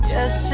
Yes